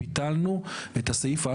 דיברנו את הסעיף,